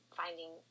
finding